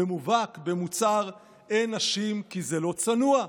במובהק, במוצהר, אין נשים, כי זה לא צנוע.